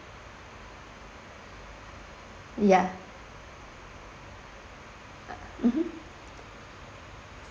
ya mmhmm